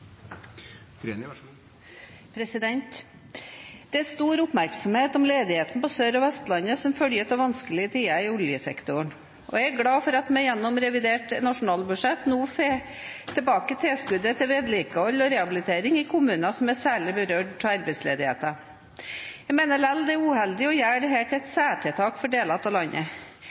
stor oppmerksomhet om ledigheten på Sør- og Vestlandet som følge av vanskelige tider i oljesektoren. Jeg er glad for at vi gjennom revidert nasjonalbudsjett nå får tilbake tilskuddet til vedlikehold og rehabilitering i kommuner som er særlig berørt av arbeidsledighet. Jeg mener likevel det er uheldig å gjøre dette til et særtiltak for deler av landet.